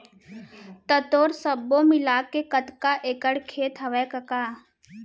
त तोर सब्बो मिलाके कतका एकड़ खेत हवय कका?